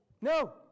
No